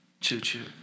Choo-choo